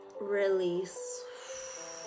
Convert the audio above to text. Release